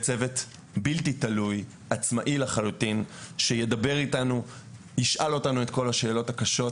בלתי תלוי ועצמאי לחלוטין שידבר איתנו וישאל אותנו את כל השאלות הקשות,